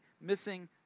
missing